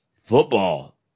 Football